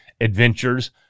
adventures